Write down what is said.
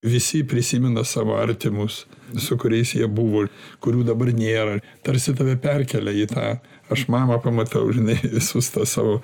visi prisimena savo artimus su kuriais jie buvo kurių dabar nėra tarsi tave perkelia į tą aš mamą pamatau žinai visus tuos savo